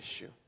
issue